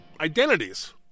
identities